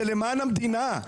זה למען המדינה,